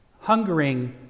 Hungering